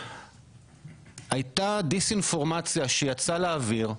הייתה דיס-אינפורמציה שיצאה לאוויר,